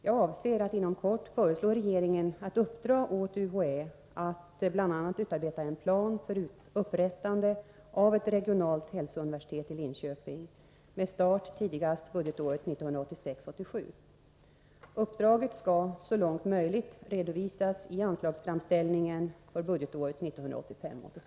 Jag avser att inom kort föreslå regeringen att uppdra åt UHÄ att bl.a. utarbeta en plan för upprättande av ett regionalt hälsouniversitet i Linköping med start tidigast budgetåret 1986 86.